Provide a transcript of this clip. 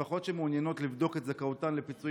משפחות שמעוניינות לבדוק את זכאותן לפיצויים